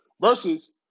Versus